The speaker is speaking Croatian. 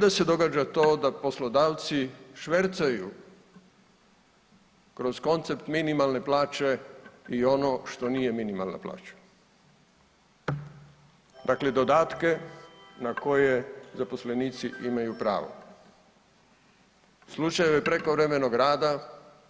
Ne da se događa to da poslodavci švercaju kroz koncept minimalne plaće i ono što nije minimalna plaća, dakle dodatke na koje zaposlenici imaju pravo, slučajeve prekovremenog rada,